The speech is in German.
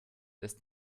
erst